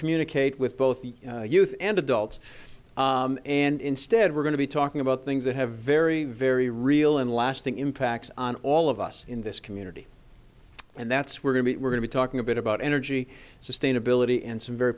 communicate with both the youth and adults and instead we're going to be talking about things that have very very real and lasting impacts on all of us in this community and that's we're going to we're going to talking a bit about energy sustainability and some very